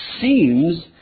seems